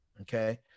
okay